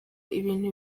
ibintu